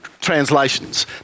translations